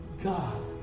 God